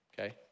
okay